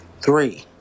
Three